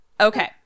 Okay